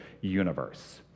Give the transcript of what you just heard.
universe